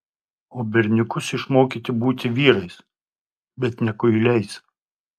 o berniukus išmokyti būti vyrais bet ne kuiliais